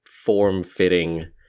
form-fitting